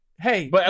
Hey